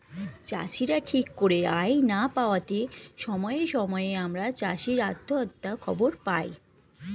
চাষীরা ঠিক করে আয় না পাওয়াতে সময়ে সময়ে আমরা চাষী আত্মহত্যার খবর পাই